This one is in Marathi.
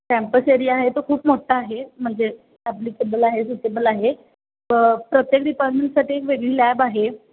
कॅम्पस एरिया आहे तो खूप मोठा आहे म्हणजे ॲप्लिकेबल आहे सुटेबल आहे प प्रत्येक डिपार्टमेंटसाठी एक वेगळी लॅब आहे